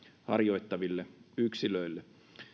harjoittaville yksilöille